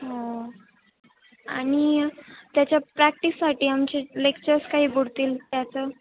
हो आणि त्याच्या प्रॅक्टिससाठी आमचे लेक्चर्स काही बुडतील त्याचं